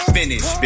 finish